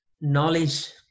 knowledge